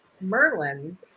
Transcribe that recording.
Merlin